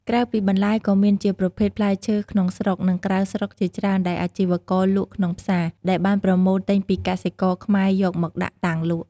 ក្រៅពីបន្លែ ក៏មានជាប្រភេទផ្លែឈើក្នុងស្រុក និងក្រៅស្រុកជាច្រើនដែលអាជីវករលក់ក្នុងផ្សារ ដែលបានប្រមូលទិញពីកសិករខ្មែរយកមកដាក់តាំងលក់។